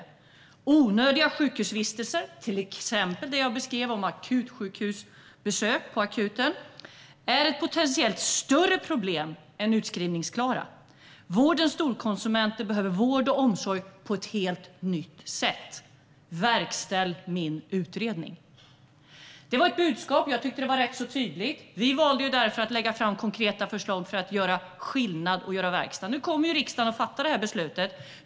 Göran Stiernstedt sa vidare att onödiga sjukhusvistelser, till exempel det som beskrivits om akutsjukhusbesök, är ett potentiellt större problem än utskrivningsklara och att vårdens storkonsumenter behöver vård och omsorg på ett helt nytt sätt. Verkställ min utredning, uppmanade Stiernstedt. Jag tyckte att detta budskap var rätt så tydligt. Vi valde därför att lägga fram konkreta förslag för att göra skillnad och för att göra verkstad. Nu kommer riksdagen att fatta detta beslut.